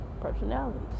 personalities